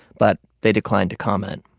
but they declined to comment.